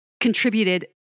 contributed